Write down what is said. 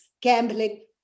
gambling